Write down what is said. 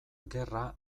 gerra